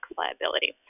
liability